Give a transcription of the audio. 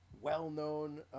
well-known